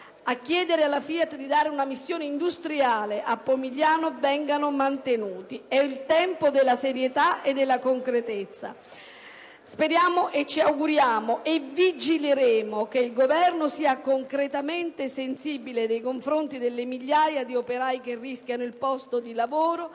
a chiedere alla FIAT di assegnare una missione industriale allo stabilimento di Pomigliano - vengano mantenuti. È il tempo della serietà e della concretezza. Speriamo, ci auguriamo e vigileremo, affinché il Governo sia concretamente sensibile nei confronti delle migliaia di operai che rischiano il posto di lavoro